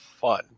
fun